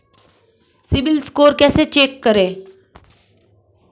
CIBIL score कैसे check करें?